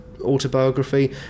autobiography